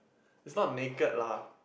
it's not naked lah